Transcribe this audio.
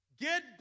Get